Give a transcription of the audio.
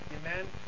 Amen